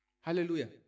Hallelujah